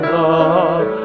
love